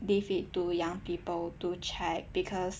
leave it to young people to check because